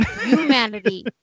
Humanity